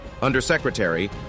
Undersecretary